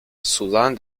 sudán